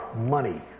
money